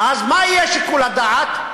אז מה יהיה שיקול הדעת?